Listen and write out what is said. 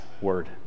word